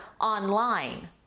online